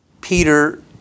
Peter